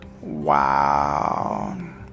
Wow